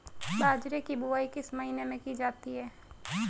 बाजरे की बुवाई किस महीने में की जाती है?